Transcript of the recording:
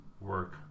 work